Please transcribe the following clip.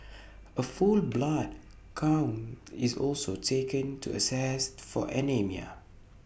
A full blood count is also taken to assess for anaemia